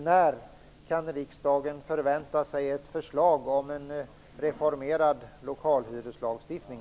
När kan riksdagen förvänta sig ett förslag om en reformerad lokalhyreslagstiftning?